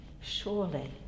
surely